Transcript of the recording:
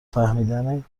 فهمیدن